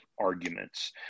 arguments